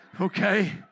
Okay